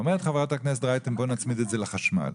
אומרת חברת הכנסת רייטן, בוא נצמיד את זה לחשמל.